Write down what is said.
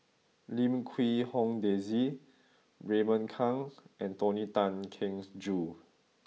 Lim Quee Hong Daisy Raymond Kang and Tony Tan Keng Joo